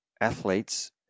athletes